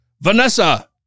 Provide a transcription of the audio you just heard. Vanessa